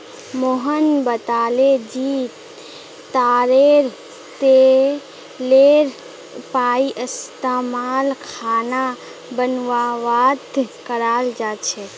मोहन बताले जे तारेर तेलेर पइस्तमाल खाना बनव्वात कराल जा छेक